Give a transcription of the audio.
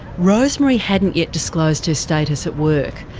rosemary hadn't yet disclosed her status at work,